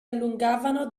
allungavano